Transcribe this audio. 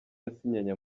yasinyanye